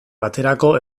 baterako